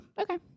Okay